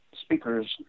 speakers